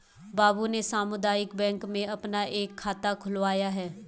बाबू ने सामुदायिक बैंक में अपना एक खाता खुलवाया है